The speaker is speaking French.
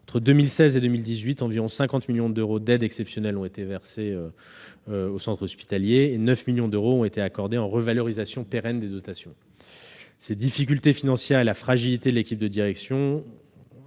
Entre 2016 et 2018, environ 50 millions d'euros d'aides exceptionnelles ont été versés à l'établissement, tandis que 9 millions d'euros ont été accordés en revalorisation pérenne de dotations. Les difficultés financières et la fragilité de l'équipe de direction